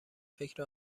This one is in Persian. فکر